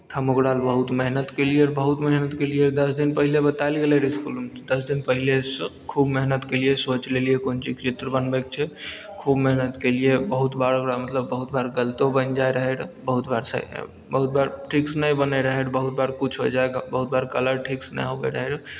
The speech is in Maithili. हम ओकरा लए बहुत मेहनत केलियै रहऽ बहुत मेहनत केलियै दस दिन पहिले बताएल गेलै रहऽ इसकुलमे तऽ दस दिन पहिले सऽ खूब मेहनत केलियै सोचि लेलियै कोन चीजके चित्र बनबै के छै खूब मेहनत केलियै बहुत बार ओकरा मतलब बहुत बार गलतो बनि जाइ रहै रहऽ बहुत बार से बहुत बार ठीक सऽ नहि बनै रहै बहुत बार किछु हो जाइ बहुत बार कलर ठीक सऽ नहि होबै रहै